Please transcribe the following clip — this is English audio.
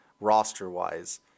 roster-wise